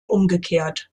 umgekehrt